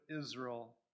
Israel